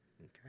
okay